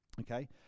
okay